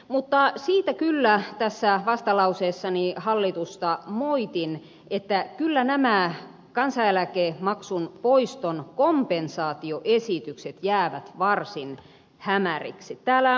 mutta siitä kyllä tässä vastalauseessani hallitusta moitin että nämä kansaneläkemaksun poiston kompensaatioesitykset jäävät varsin hämäriksi